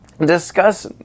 Discuss